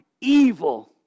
evil